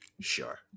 sure